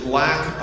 lack